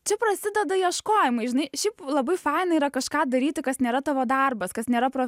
čia prasideda ieškojimai žinai šiaip labai fanai yra kažką daryti kas nėra tavo darbas kas nėra